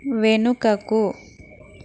వెనుకకు